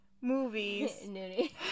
movies